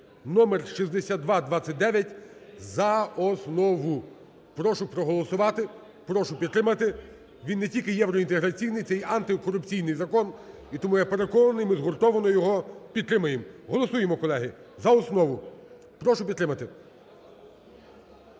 (№ 6229) за основу. Прошу проголосувати. Прошу підтримати. Він не тільки євроінтеграційний, це й антикорупційний закон, і тому я переконаний, ми згуртовано його підтримаємо. Голосуємо, колеги, за основу. Прошу підтримати.